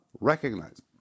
recognize